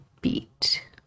beat